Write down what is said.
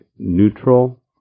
neutral